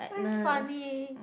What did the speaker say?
but it's funny